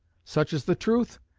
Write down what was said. such is the truth,